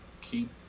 keep